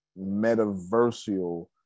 metaversial